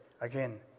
Again